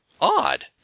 odd